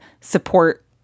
support